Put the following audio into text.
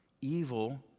Evil